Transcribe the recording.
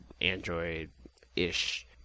Android-ish